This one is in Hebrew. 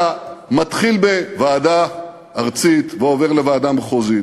אתה מתחיל בוועדה ארצית ועובר לוועדה מחוזית